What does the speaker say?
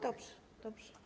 Dobrze, dobrze.